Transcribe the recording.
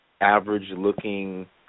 average-looking